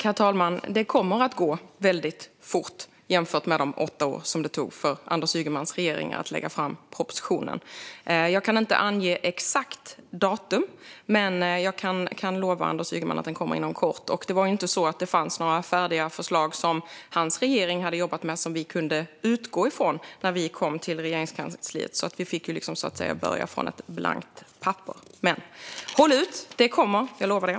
Herr talman! Det kommer att gå väldigt fort jämfört med de åtta år det tog för Anders Ygemans regering att lägga fram propositionen. Jag kan inte ange exakt datum, men jag kan lova Anders Ygeman att det kommer inom kort. Det var ju inte heller så att det fanns några färdiga förslag som hans regering hade jobbat med som vi kunde utgå från när vi kom till Regeringskansliet. Vi fick så att säga börja med ett blankt papper. Men håll ut! Det kommer - jag lovar det!